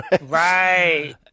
Right